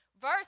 Verse